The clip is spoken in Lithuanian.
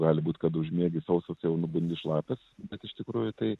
gali būt kad užmiegi sausas nubundi šlapias bet iš tikrųjų tai